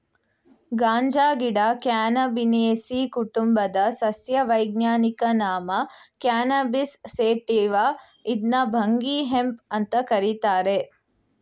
ಗಾಂಜಾಗಿಡ Cannabinaceae ಕುಟುಂಬದ ಸಸ್ಯ ವೈಜ್ಞಾನಿಕ ನಾಮ ಕ್ಯಾನಬಿಸ್ ಸೇಟಿವ ಇದ್ನ ಭಂಗಿ ಹೆಂಪ್ ಅಂತ ಕರೀತಾರೆ